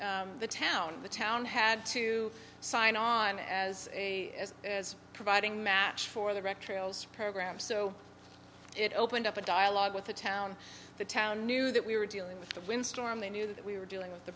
the town the town had to sign on as a providing match for the wreck trails program so it opened up a dialogue with the town the town knew that we were dealing with the wind storm they knew that we were dealing with the